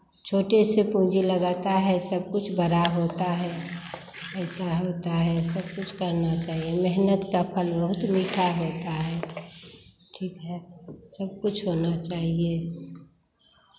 छोटे से पूंजी लगाता है सब कुछ बड़ा होता है ऐसा होता है सब कुछ करना चाहिए मेहनत का फल बहुत मीठा होता है ठीक है सब कुछ होना चाहिए